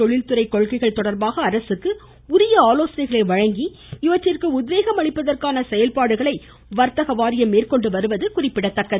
தொழில்துறை கொள்கைகள் தொடர்பாக அரசுக்கு உரிய வர்த்தக ஆலோசனைகளை வழங்கி இவற்றிற்கு உத்வேகம் அளிப்பதற்கான செயல்பாடுகளை வர்த்தக வாரியம் மேற்கொண்டு வருவது குறிப்பிடத்தக்கது